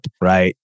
right